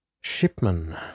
Shipman